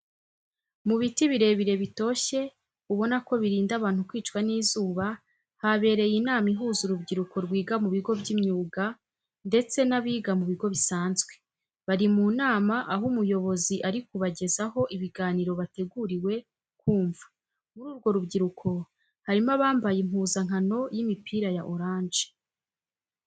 Mu biti birebire bitoshye ubona ko birinda abantu kwicwa n'izuba, habereye inama ihuza urubyiruko rwiga mu bigo by'imyuga ndetse n'abiga mu bigo bisanzwe. Bari mu nama aho umuyobozi ari kubagezaho ibiganiro bateguriwe kumva. Muri urwo rubyiruko harimo abambaye impuzankano y'imipira ya oranje.